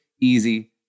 easy